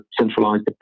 centralized